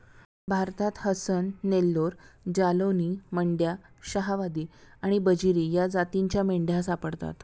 भारतात हसन, नेल्लोर, जालौनी, मंड्या, शाहवादी आणि बजीरी या जातींच्या मेंढ्या सापडतात